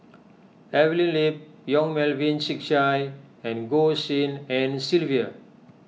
Evelyn Lip Yong Melvin Yik Chye and Goh Tshin En Sylvia